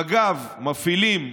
מג"ב מפעילים,